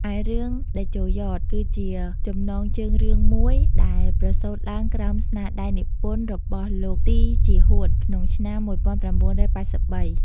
ឯរឿង “តេជោយ៉ត” គឺជាចំណងជើងរឿងមួយ ដែលប្រសូតឡើងក្រោមស្នាដៃនិពន្ធរបស់ លោក ទី ជីហួត ក្នុងឆ្នាំ ១៩៨៣។